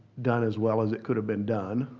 done as well as it could have been done,